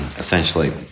essentially